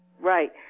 Right